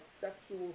sexual